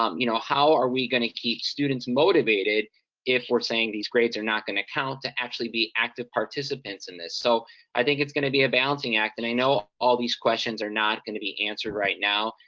um you know, how are we gonna keep students motivated if we're saying these grades are not gonna count, to actually be active participants in this? so i think it's gonna be a balancing act, and i know all these questions are not gonna be answered right now.